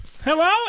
Hello